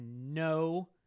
no